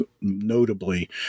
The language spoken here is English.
notably